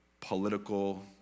political